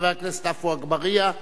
חבר הכנסת עפו אגבאריה.